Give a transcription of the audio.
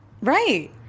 Right